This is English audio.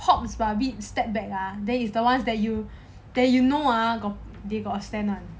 popular but a bit step back ah then is the [one] that you that you know ah got they got send out